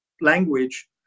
language